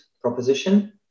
proposition